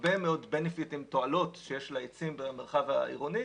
הרבה מאוד לתועלות שיש לעצים במרחב העירוני,